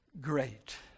Great